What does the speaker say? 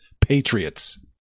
Patriots